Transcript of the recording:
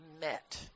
met